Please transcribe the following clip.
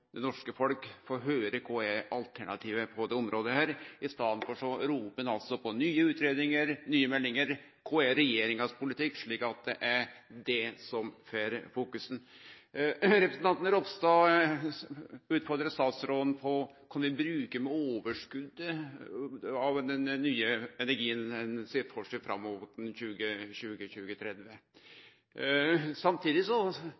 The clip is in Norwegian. det norske folket få høyre kva alternativet er på dette området. I staden ropar ein på nye utgreiingar, nye meldingar og kva regjeringa sin politikk er, slik at det er det som kjem i fokus. Representanten Ropstad utfordra statsråden på kva ein vil gjere med overskotet av den nye energien ein ser for seg framover mot 2020–2030. Samtidig